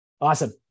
Awesome